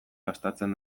gastatzen